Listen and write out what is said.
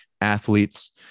athletes